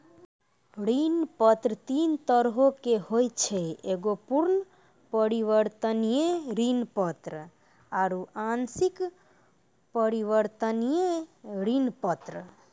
ऋण पत्र तीन तरहो के होय छै एगो पूर्ण परिवर्तनीय ऋण पत्र आरु आंशिक परिवर्तनीय ऋण पत्र